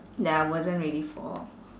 that I wasn't ready for